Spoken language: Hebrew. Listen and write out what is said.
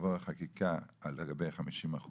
תעבור החקיקה לגבי 50%,